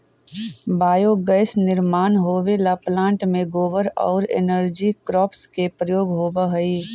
biogas निर्माण होवेला plant में गोबर औउर एनर्जी क्रॉप्स के प्रयोग होवऽ हई